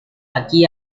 aquí